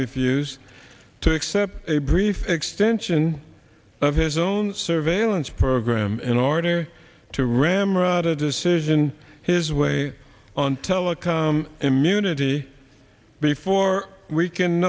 refuse to accept a brief extension of his own surveillance program in order to ramrod a decision his way on telecom immunity before we can